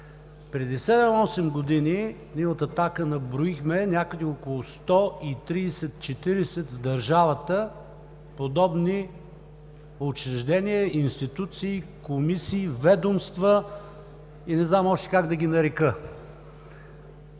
Преди седем-осем години ние от „Атака“ наброихме някъде около 130 – 140 в държавата подобни учреждения, институции, комисии, ведомства и не знам още как да ги нарека.